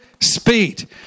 speed